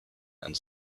and